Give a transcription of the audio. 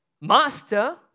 Master